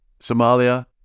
Somalia